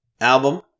album